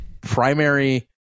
primary